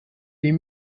les